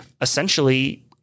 essentially